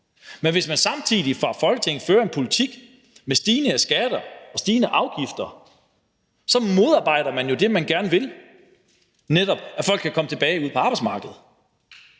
Men hvis man samtidig fra Folketingets side fører en politik med stigende skatter og stigende afgifter, modarbejder man jo det, man gerne vil, netop at folk kan komme tilbage ud på arbejdsmarkedet.